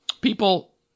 people